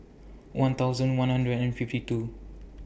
one thousand one hundred and fifty two